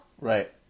Right